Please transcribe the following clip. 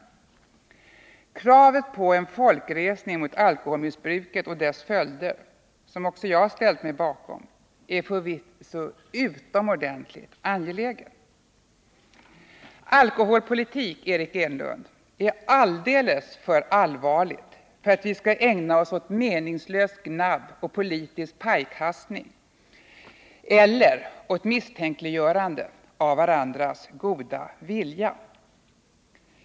Kravet på en folkresning mot alkoholmissbruket och dess följder, som också jag ställt mig bakom, är förvisso utomordentligt angeläget. Alkoholpolitik, Eric Enlund, är någonting alldeles för allvarligt för att vi skall ägna oss åt meningslöst gnabb och politisk pajkastning eller åt misstänkliggörande av varandras goda vilja.